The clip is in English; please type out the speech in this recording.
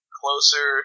closer